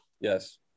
Yes